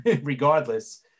regardless